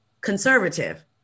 conservative